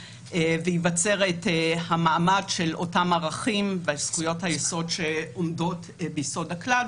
ויבצר את המעמד של אותם ערכים וזכויות היסוד שעומדים ביסוד הכלל.